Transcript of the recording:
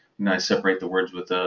then i separate the words with